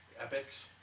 epics